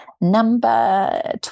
Number